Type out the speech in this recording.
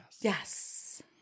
Yes